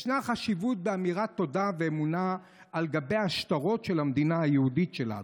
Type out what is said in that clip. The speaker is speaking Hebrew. ישנה חשיבות באמירת תודה ואמונה על גבי השטרות של המדינה היהודית שלנו,